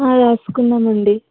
రాసుకున్నామండి